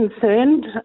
concerned